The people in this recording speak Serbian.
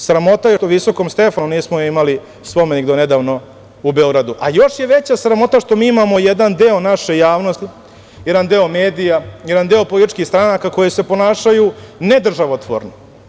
Sramota je što visokom Stefanu nismo imali spomenik do nedavno u Beogradu, a još je veća sramota što mi imamo jedan deo naše javnosti, jedan deo medija, jedan deo političkih stranaka, koje se ponašaju nedržavotvorno.